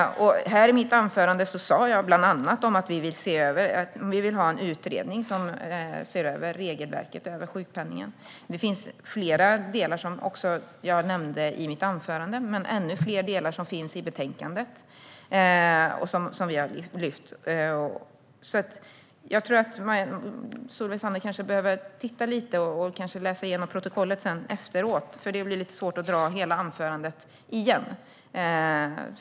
I mitt anförande sa jag bland annat att vi vill ha en utredning som ser över regelverket för sjukpenning. Jag nämnde fler saker i mitt anförande, och ännu fler finns i betänkandet. Solveig Zander behöver kanske titta lite i betänkandet och läsa igenom protokollet efter debatten, för det är lite svårt att dra hela anförandet igen.